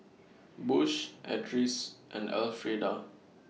Bush Edris and Elfrieda